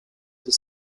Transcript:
des